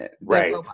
right